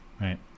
right